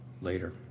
later